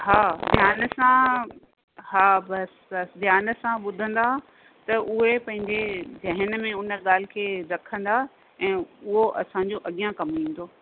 हा ध्यान सां हा बसि ध्यान सां ॿुधंदा त उहे पंहिंजे ज़हन में उन ॻाल्हि खे रखंदा ऐं उहो असांजो अॻियां कमु ईंदो